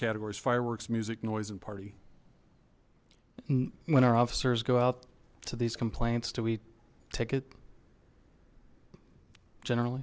categories fireworks music noise and party when our officers go out to these complaints do we ticket generally